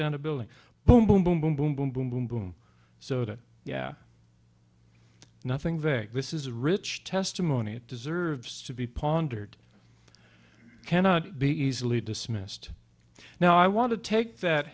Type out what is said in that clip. down a building boom boom boom boom boom boom boom boom boom so that yeah nothing there this is rich testimony it deserves to be pondered cannot be easily dismissed now i want to take that